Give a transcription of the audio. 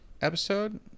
episode